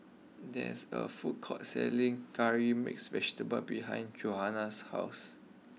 there is a food court selling Curry Mixed Vegetable behind Johannah's house